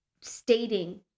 stating